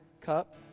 cup